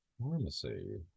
Pharmacy